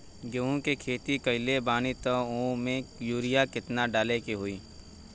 गेहूं के खेती कइले बानी त वो में युरिया केतना डाले के होई?